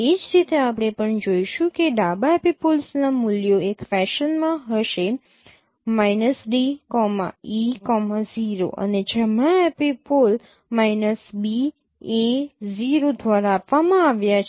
એ જ રીતે આપણે પણ જોઈશું કે ડાબા એપિપોલ્સનાં મૂલ્યો એક ફેશનમાં હશે d e 0 અને જમણા એપિપોલ b a 0 દ્વારા આપવામાં આવ્યા છે